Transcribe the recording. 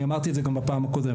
אני אמרתי את זה גם בפעם הקודמת.